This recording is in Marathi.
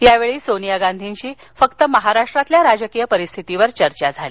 यावेळी सोनिया गांधींशी फक्त महाराष्ट्रातल्या राजकीय परिस्थितीवर चर्चा झाली